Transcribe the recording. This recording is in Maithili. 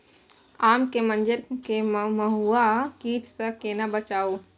आम के मंजर के मधुआ कीट स केना बचाऊ?